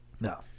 No